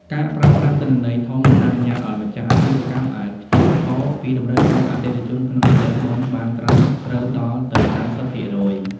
ការប្រើប្រាស់ទិន្នន័យធំ នឹងអនុញ្ញាតឱ្យម្ចាស់អាជីវកម្មអាចព្យាករណ៍ពីតម្រូវការអតិថិជនក្នុងរដូវបុណ្យបានត្រឹមត្រូវដល់ទៅ ៩០%។